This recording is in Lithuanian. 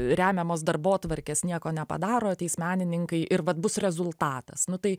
remiamos darbotvarkės nieko nepadaro ateis menininkai ir vat bus rezultatas nu tai